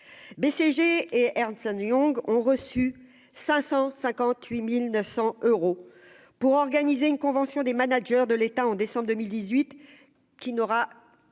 BCG et Ernst and Young ont reçu 558900 euros pour organiser une convention des managers de l'état en décembre 2018 qui n'aura